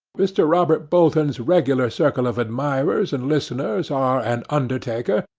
mr. robert bolton's regular circle of admirers and listeners are an undertaker,